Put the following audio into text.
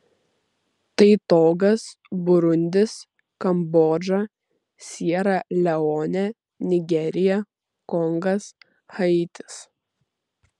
tai togas burundis kambodža siera leonė nigerija kongas haitis